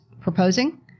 proposing